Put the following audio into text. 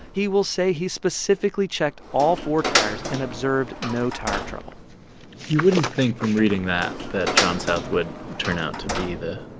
he will say he specifically checked all four tires and observed no tire trouble you wouldn't think, from reading that, that john south would turn out to be the